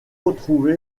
retrouve